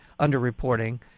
underreporting